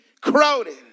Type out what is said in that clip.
crowded